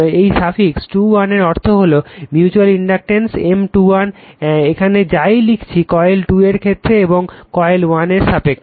এই সাফিক্স 2 1 এর অর্থ হল মিউচ্যুয়াল ইন্ডাকটেন্স M 2 1 এখানে যাই লিখছি কয়েল 2 এর ক্ষেত্রে এবং কয়েল 1 এর সাপেক্ষে